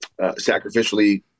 sacrificially